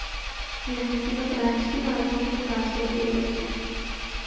నేను ఉంటున్న బ్రాంచికి నా అకౌంట్ ను ట్రాన్సఫర్ చేయవచ్చా?